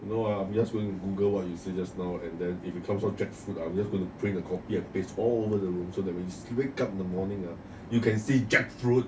you know ah I'm just going google what you say just now and then it becomes what jackfruit ah I will just going to print a copy and paste all over the room so that when you wake up in the morning ah you can see jackfruit